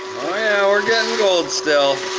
we're gettin' gold still.